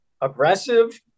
aggressive